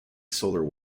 solar